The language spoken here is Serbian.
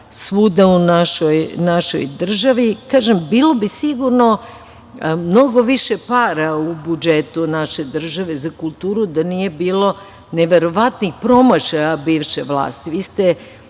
svuda u našoj državi. Kažem, bilo bi sigurno mnogo više para u budžetu naše države za kulturu da nije bilo neverovatnih promašaja bivše vlasti.